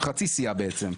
חצי סיעה בעצם.